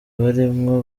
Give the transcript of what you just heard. barimwo